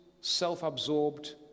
self-absorbed